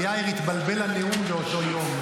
ליאיר התבלבל הנאום באותו יום,